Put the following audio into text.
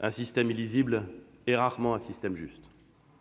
Un système illisible est rarement juste.